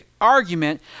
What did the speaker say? argument